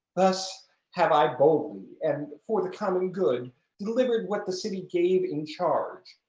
thus have i boldly and for the common good delivered what the city gave in charge.